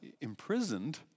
imprisoned